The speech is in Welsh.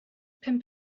pum